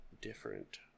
different